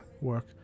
work